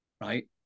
right